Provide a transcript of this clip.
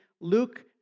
Luke